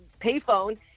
payphone